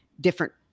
different